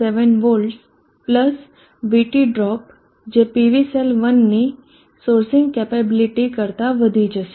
7 volts plus V T drop જે PV cell 1ની sourcing capability કરતા વધી જશે